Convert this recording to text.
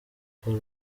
col